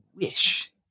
wish